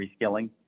reskilling